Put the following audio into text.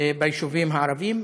ביישובים הערביים,